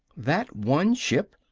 that one ship,